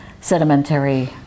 sedimentary